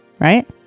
Right